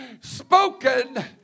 spoken